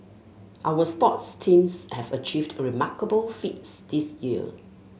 our sports teams have achieved remarkable feats this year